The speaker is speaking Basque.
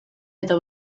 eta